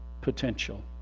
Potential